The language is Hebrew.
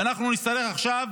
ואנחנו נצטרך עכשיו